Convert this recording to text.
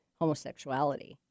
homosexuality